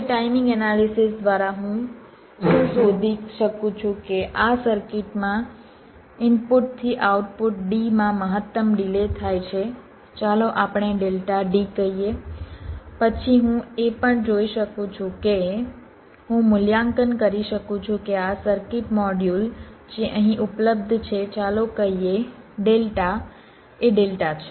હવે timing analysis દ્વારા હું શું શોધી શકું છું કે આ સર્કિટમાં ઇનપુટથી આઉટપુટ D માં મહત્તમ ડિલે થાય છે ચાલો આપણે ડેલ્ટા D કહીએ પછી હું એ પણ જોઈ શકું છું કે હું મૂલ્યાંકન કરી શકું છું કે આ સર્કિટ મોડ્યુલ જે અહીં ઉપલબ્ધ છે ચાલો કહીએ ડેલ્ટા એ ડેલ્ટા છે